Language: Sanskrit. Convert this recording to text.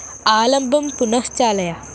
आलम्बं पुनश्चालय